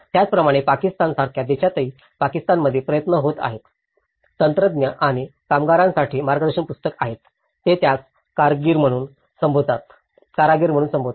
त्याचप्रमाणे पाकिस्तान सारख्या देशांतही पाकिस्तानमध्ये प्रयत्न होत आहेत तंत्रज्ञ आणि कारागीरांसाठी मार्गदर्शक पुस्तक आहे ते त्यास कारागीर म्हणून संबोधतात